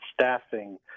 staffing